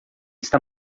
está